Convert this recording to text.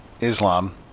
Islam